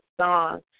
song